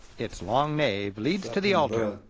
its long nave leads to the altar.